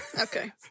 okay